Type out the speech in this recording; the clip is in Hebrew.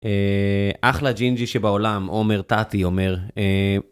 אחלה ג'ינג'י שבעולם, עומר טאטי אומר.